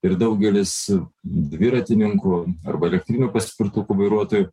ir daugelis dviratininkų arba elektrinių paspirtukų vairuotojų